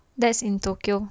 that's in tokyo